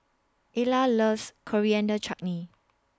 Ilah loves Coriander Chutney